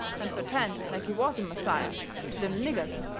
and pertend like he was a messiah to them niggers,